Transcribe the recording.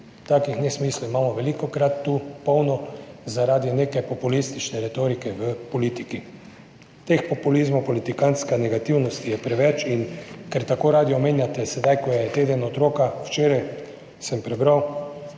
Takih nesmislov imamo velikokrat tu polno zaradi neke populistične retorike v politiki. Teh populizmov in politikantske negativnosti je preveč. In ker tako radi omenjate, sedaj ko je teden otroka, včeraj sem prebral,